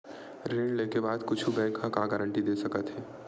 ऋण लेके बाद कुछु बैंक ह का गारेंटी दे सकत हे?